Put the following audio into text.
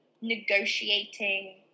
negotiating